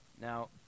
Now